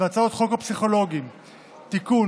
והצעות חוק הפסיכולוגים (תיקון,